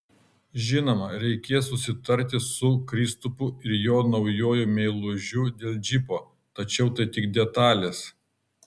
žinoma reikės susitarti su kristupu ir jo naujuoju meilužiu dėl džipo tačiau tai tik detalės